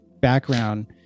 background